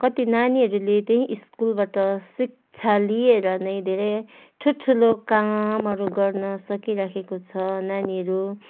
कति नानीहरूले त्यही स्कुलबाट शिक्षा लिएर नै धेरै ठुल्ठुलो कामहरू गर्न सकिराखेको छ नानीहरू